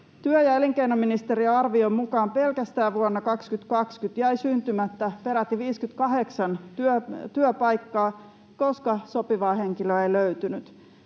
Työ- ja elinkeinoministeriön arvion mukaan pelkästään vuonna 2020 jäi syntymättä peräti 58 työpaikkaa, koska sopivaa henkilöä ei löytynyt.